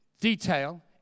detail